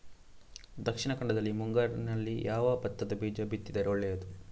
ದಕ್ಷಿಣ ಕನ್ನಡದಲ್ಲಿ ಮುಂಗಾರಿನಲ್ಲಿ ಯಾವ ಭತ್ತದ ಬೀಜ ಬಿತ್ತಿದರೆ ಒಳ್ಳೆಯದು?